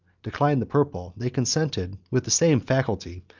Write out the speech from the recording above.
declined the purple, they consented, with the same facility,